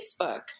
Facebook